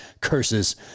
curses